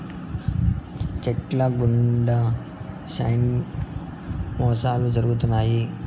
check ల గుండా శ్యానా మోసాలు జరుగుతున్నాయి